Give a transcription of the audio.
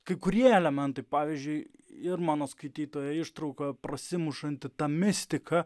kai kurie elementai pavyzdžiui ir mano skaitytoje ištraukoje prasimušanti ta mistika